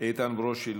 איתן ברושי,